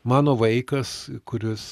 mano vaikas kuris